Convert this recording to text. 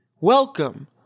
Welcome